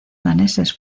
daneses